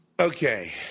okay